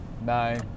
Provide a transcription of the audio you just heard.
no